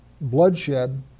bloodshed